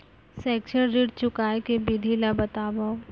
शैक्षिक ऋण चुकाए के विधि ला बतावव